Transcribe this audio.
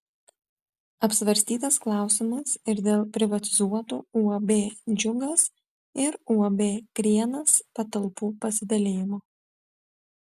apsvarstytas klausimas ir dėl privatizuotų uab džiugas ir uab krienas patalpų pasidalijimo